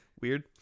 Weird